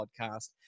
podcast